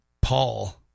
Paul